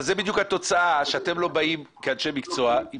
זאת בדיוק התוצאה שאתם לא באים כאנשי מקצוע עם